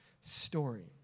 story